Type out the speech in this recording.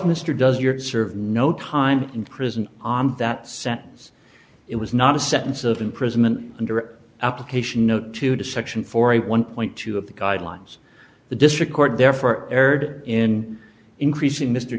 mr does your serve no time in prison on that sentence it was not a sentence of imprisonment under application no two to section four a one point two of the guidelines the district court therefore erred in increasing mr